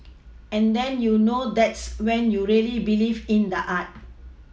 and then you know that's when you really believe in the art